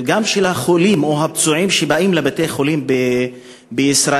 גם של החולים או הפצועים שבאים לבתי-החולים בישראל.